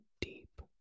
deep